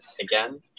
again